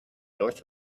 north